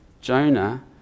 Jonah